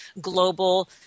global